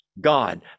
God